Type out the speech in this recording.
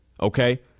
Okay